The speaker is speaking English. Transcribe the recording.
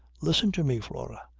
listen to me, flora!